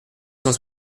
cent